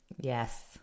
yes